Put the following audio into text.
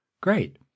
great